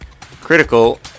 critical